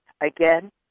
Again